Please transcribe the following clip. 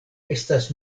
estas